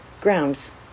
grounds